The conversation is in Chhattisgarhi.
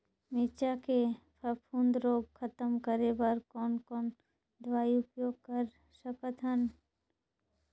मिरचा के फफूंद रोग खतम करे बर कौन कौन दवई उपयोग कर सकत हन?